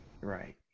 Right